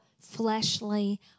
fleshly